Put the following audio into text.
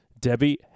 Debbie